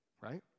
right